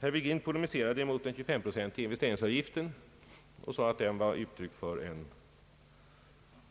När herr Virgin polemiserade mot den 25-procentiga investeringsavgiften, så uppfattade jag det som